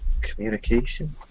Communication